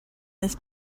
this